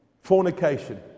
Fornication